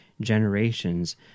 generations